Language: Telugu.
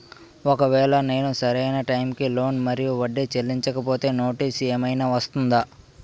ఒకవేళ నేను సరి అయినా టైం కి లోన్ మరియు వడ్డీ చెల్లించకపోతే నోటీసు ఏమైనా వస్తుందా?